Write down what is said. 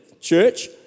church